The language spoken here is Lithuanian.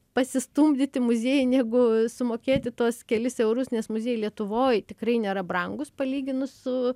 pasistumdyti muziejuj negu sumokėti tuos kelis eurus nes muziejai lietuvoj tikrai nėra brangūs palyginus su